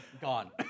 Gone